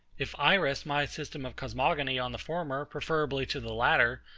if i rest my system of cosmogony on the former, preferably to the latter,